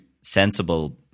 sensible